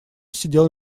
сидел